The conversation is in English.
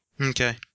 Okay